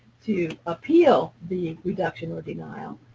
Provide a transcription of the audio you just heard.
to appeal the reduction or denial,